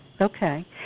Okay